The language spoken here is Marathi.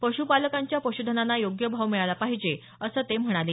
पशुपालाकंच्या पशुधनांना योग्य भाव मिळाला पाहिजे असं ते म्हणाले